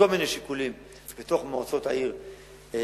מכל מיני שיקולים בתוך מועצות העיר שלהם,